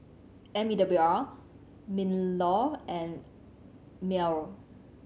M E W R MinLaw and MEWR